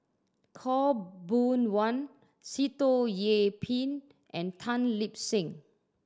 Khaw Boon Wan Sitoh Yih Pin and Tan Lip Seng